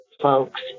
folks